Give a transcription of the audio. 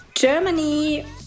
Germany